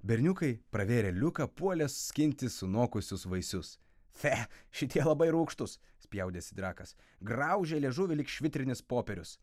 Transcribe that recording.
berniukai pravėrė liuką puolė skinti sunokusius vaisius fe šitie labai rūgštūs spjaudėsi drakas graužia liežuvį lyg švitrinis popierius